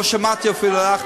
אפילו לא שמעתי אותך,